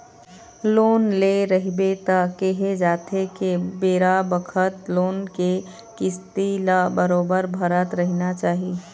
loan ले रहिबे त केहे जाथे के बेरा बखत लोन के किस्ती ल बरोबर भरत रहिना चाही